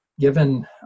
given